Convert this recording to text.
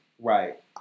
Right